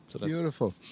Beautiful